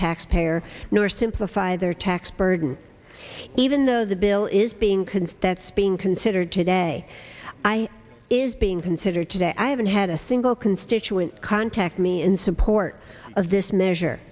taxpayer nor simplify their tax burden even though the bill is being convinced that's being considered today i is being considered today i haven't had a single constituent contact me in support of this measure